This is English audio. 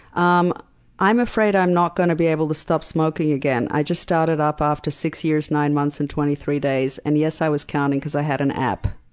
um i'm afraid i'm not going to be able to stop smoking again. i just started up after six years, nine months, and twenty three days, and yes i was counting, because i had an app.